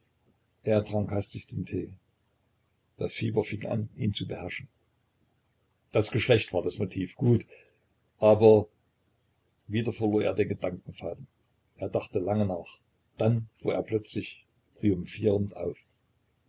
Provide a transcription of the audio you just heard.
er trank hastig den tee das fieber fing an ihn zu beherrschen das geschlecht war das motiv gut aber wieder verlor er den gedankenfaden er dachte lange nach dann fuhr er plötzlich triumphierend auf